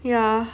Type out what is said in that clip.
yeah